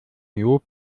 lob